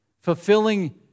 Fulfilling